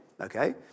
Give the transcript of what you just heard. okay